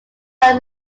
are